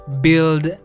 build